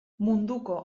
munduko